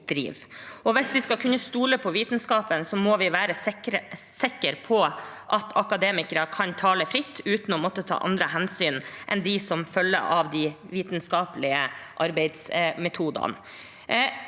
Hvis vi skal kunne stole på vitenskapen, må vi være sikre på at akademikere kan tale fritt, uten å måtte ta andre hensyn enn dem som følger av de vitenskapelige arbeidsmetodene.